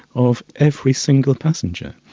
of every single passenger.